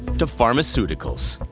to pharmaceuticals.